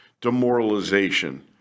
demoralization